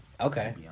Okay